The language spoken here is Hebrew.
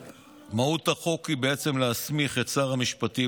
מהות החוק היא בעצם להסמיך את שר המשפטים,